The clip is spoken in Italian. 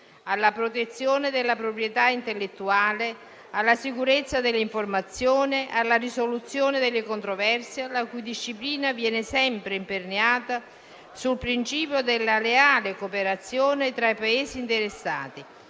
alla protezione della proprietà intellettuale, alla sicurezza dell'informazione e alla risoluzione delle controversie, la cui disciplina viene sempre imperniata sul principio della leale cooperazione tra i Paesi interessati